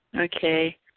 Okay